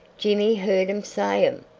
jimmy heard um say um!